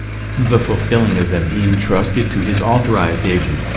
the fulfilling of them he entrusted to his authorized agent,